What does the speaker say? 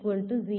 ಅಂದರೆ 00 ಎಂದು